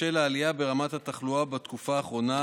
בשל העלייה ברמת התחלואה בתקופה האחרונה